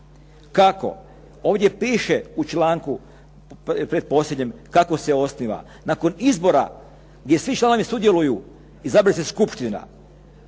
Kako? Ovdje piše u članku pretposljednjem kako se osniva. Nakon izbora gdje svi članovi sudjeluju izabire se skupština